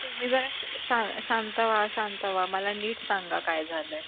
तुम्ही जरा श शा शांत व्हा शांत व्हा मला नीट सांगा काय झालं आहे